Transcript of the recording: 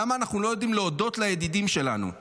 למה אנחנו לא יודעים להודות לידידים שלנו?